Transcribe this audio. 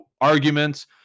arguments